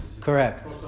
Correct